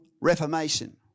reformation